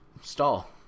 Stall